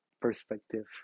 perspective